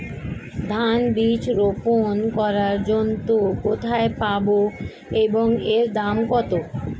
ধান বীজ রোপন করার যন্ত্র কোথায় পাব এবং এর দাম কত?